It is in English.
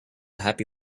happy